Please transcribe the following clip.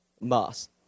mass